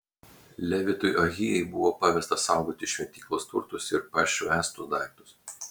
levitui ahijai buvo pavesta saugoti šventyklos turtus ir pašvęstus daiktus